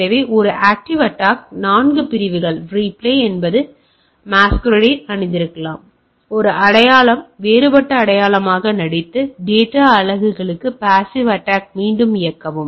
எனவே இது ஒரு ஆக்டிவ் அட்டாக் உள்ள 4 பிரிவுகள் ரீப்ளே என்பது மாஸ்குரேட் அணிந்திருக்கலாம் ஒரு அடையாளம் வேறுபட்ட அடையாளமாக நடித்து டேட்டா அலகுகளின் பாசிவ் அட்டாக் மீண்டும் இயக்கவும்